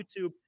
YouTube